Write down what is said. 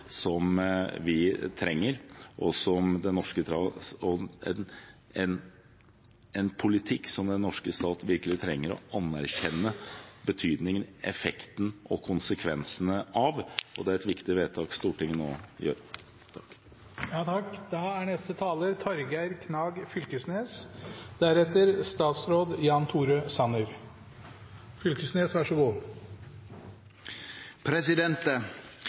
som vi trenger – en politikk som den norske stat virkelig trenger å anerkjenne betydningen, effekten og konsekvensene av. Det er et viktig vedtak Stortinget nå fatter. Lihkku? beivvin! Onnee päiväle! Gratulerer med dagen alle saman. Dette er